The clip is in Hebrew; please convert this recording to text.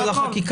זה הכול.